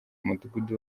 umudugudu